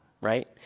right